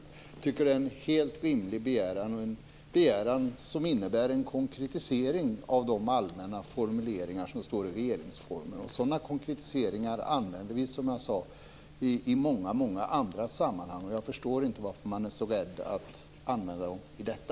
Jag tycker att det är en helt rimlig begäran, en begäran som innebär en konkretisering av de allmänna formuleringar som står i regeringsformen. Sådana konkretiseringar använder vi, som jag sade, i många andra sammanhang. Jag förstår inte varför man är så rädd för att använda dem i detta.